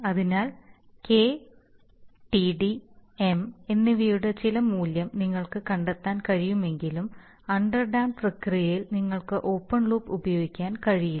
അതിനാൽ K TD എംKTd and M എന്നിവയുടെ ചില മൂല്യം നിങ്ങൾക്ക് കണ്ടെത്താൻ കഴിയുമെങ്കിലും അണ്ടർ ഡാംപ്പഡ് പ്രക്രിയയിൽ നിങ്ങൾക്ക് ഓപ്പൺ ലൂപ്പ് ഉപയോഗിക്കാൻ കഴിയില്ല